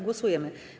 Głosujemy.